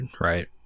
right